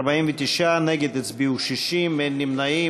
הצביעו 49, נגד, 60, אין נמנעים.